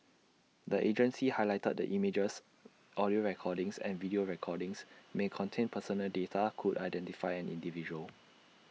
the agency highlighted that images audio recordings and video recordings may contain personal data could identify an individual